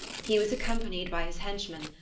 he was accompanied by his henchmen,